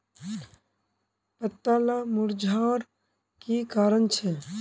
पत्ताला मुरझ्वार की कारण छे?